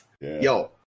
yo